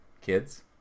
kids